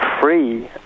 free